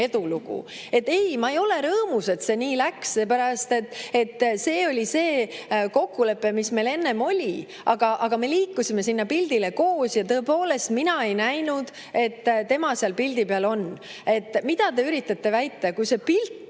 Ei, ma ei ole rõõmus, et see nii läks, seepärast et see oli see kokkulepe, mis meil enne oli. Aga me liikusime sinna pildi [tegemise kohta] koos ja tõepoolest mina ei näinud, et tema seal oli. Mida te üritate väita? Kas see pilt